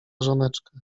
żoneczkę